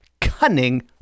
cunning